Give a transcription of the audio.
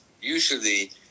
usually